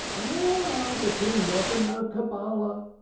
ah, but he'll never know cabbulah,